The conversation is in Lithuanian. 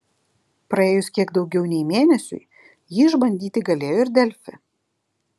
praėjus kiek daugiau nei mėnesiui jį išbandyti galėjo ir delfi